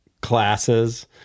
classes